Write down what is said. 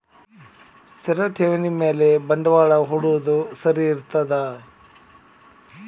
ಸ್ಥಿರ ಠೇವಣಿ ಮ್ಯಾಲೆ ಬಂಡವಾಳಾ ಹೂಡೋದು ಸರಿ ಇರ್ತದಾ?